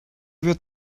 wird